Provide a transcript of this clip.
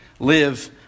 Live